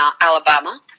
Alabama